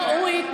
לא, הוא התנגד.